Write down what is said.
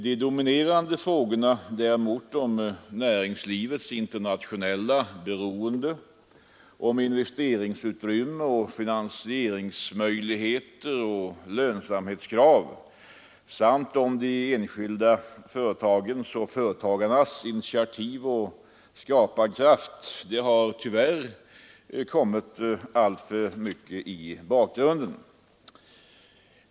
De dominerande frågorna däremot, om näringslivets internationella beroende, om investeringsutrymme, finansieringsmöjligheter och lönsamhetskrav samt om de enskilda företagens och företagarnas initiativoch skaparkraft har tyvärr kommit alltför mycket i bakgrunden.